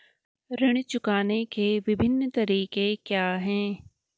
ऋण चुकाने के विभिन्न तरीके क्या हैं?